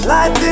Life